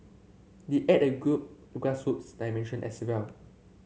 they add a grass roots dimension as well